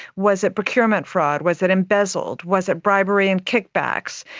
was it procurement fraud, was it embezzled, was it bribery and kickbacks,